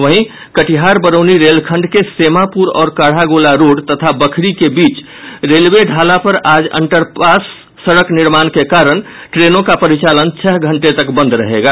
वहीं कटिहार बरौनी रेलखंड के सेमापुर और काढ़ागोला रोड तथा बखरी के बीच रेलवे ढाला पर आज अंडर पास सड़क निर्माण के कारण ट्रेनों का परिचालन छह घंटे तक बंद रहेगा